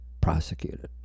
prosecuted